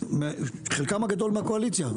חלקם הגדול מהקואליציה,